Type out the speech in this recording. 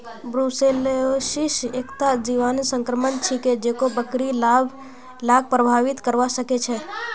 brucellosis एकता जीवाणु संक्रमण छिके जेको बकरि लाक प्रभावित करवा सकेछे